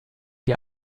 die